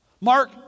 Mark